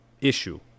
issue